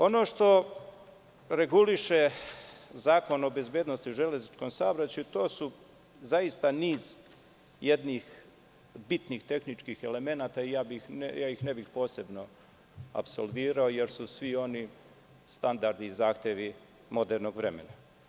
Ono što reguliše Zakon o bezbednosti u železničkom saobraćaju, to je zaista niz bitnih tehničkih elemenata i ne bi ih posebno apsolvirao jer su svi oni standardi i zahtevi modernog vremena.